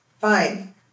Fine